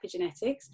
epigenetics